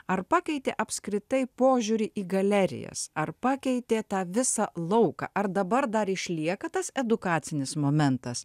ar pakeitė apskritai požiūrį į galerijas ar pakeitė tą visą lauką ar dabar dar išlieka tas edukacinis momentas